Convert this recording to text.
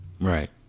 Right